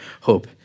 hope